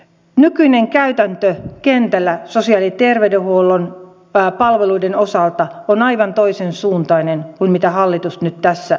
nykyinen käytäntö kentällä sosiaali ja terveydenhuollon palveluiden osalta on aivan toisensuuntainen kuin mitä hallitus nyt tässä edellyttää